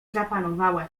zapanowała